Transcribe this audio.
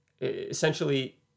Essentially